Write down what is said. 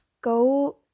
go